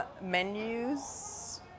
Menus